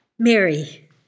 Mary